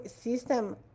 system